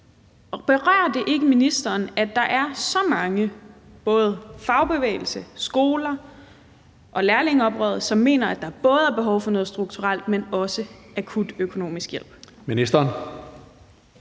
Berører det ikke ministeren, at der er så mange – både fagbevægelse, skoler og lærlingeoprøret – som mener, at der både er behov for noget strukturel, men også akut økonomisk hjælp? Kl.